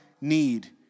need